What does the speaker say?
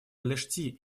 лешти